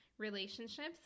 relationships